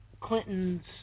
Clinton's